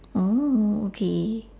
oh okay